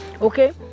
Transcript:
okay